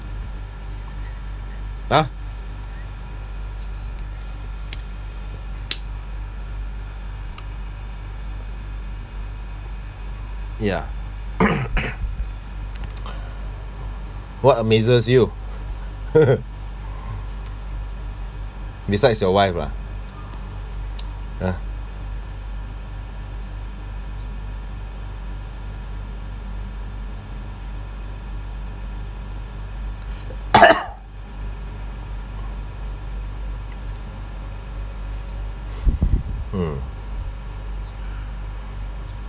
!huh! ya what amazes you besides your wife lah uh mm